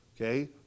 okay